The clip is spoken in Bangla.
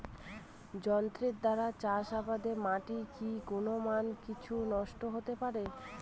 যন্ত্রের দ্বারা চাষাবাদে মাটির কি গুণমান কিছু নষ্ট হতে পারে?